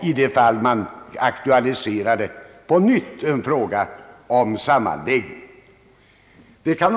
I så fall får sammanslagningen göras med stöd av indelningslagen.